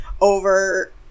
over